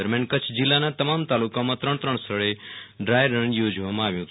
દરમિયાન કચ્છ જીલ્લાના તમામ તાલુકાઓમાં ત્રણ ત્રણ સ્થળે ડ્રાયરન યોજવામાં આવી હતી